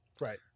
Right